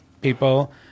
people